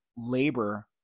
labor